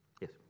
Yes